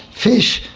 fish,